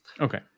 Okay